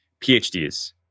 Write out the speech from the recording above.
PhDs